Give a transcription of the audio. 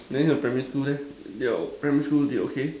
then primary school leh your primary school did okay